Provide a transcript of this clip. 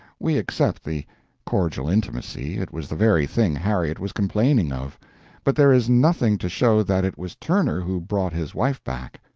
we accept the cordial intimacy it was the very thing harriet was complaining of but there is nothing to show that it was turner who brought his wife back.